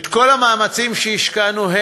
אך כל המאמצים שהשקענו,